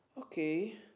okay